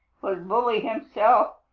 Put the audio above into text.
was bully himself.